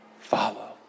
Follow